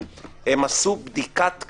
אני לא מתחיל את ההקראה עדיין.